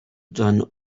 done